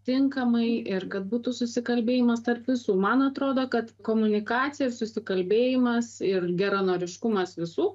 tinkamai ir kad būtų susikalbėjimas tarp visų man atrodo kad komunikacija susikalbėjimas ir geranoriškumas visų